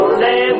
say